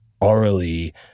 orally